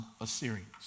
Assyrians